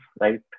right